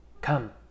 Come